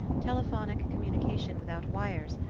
telephonic communication without wires,